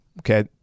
Okay